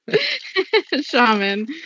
shaman